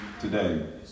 today